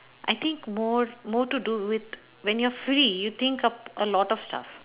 I think more more to do with when you're free you think of a lot of stuff